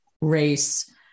race